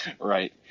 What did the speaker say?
Right